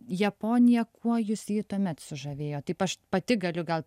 japonija kuo jus ji tuomet sužavėjo taip aš pati galiu gal